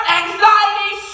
anxiety